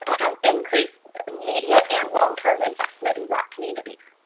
and increase immediate and long-term investment in black communities.